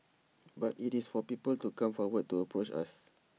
but IT is for people to come forward to approach us